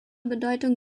bedeutung